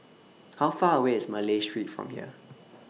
How Far away IS Malay Street from here